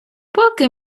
поки